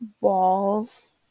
walls